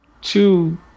two